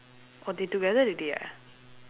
oh they together already ah